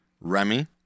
Remy